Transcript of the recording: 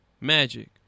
Magic